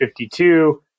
52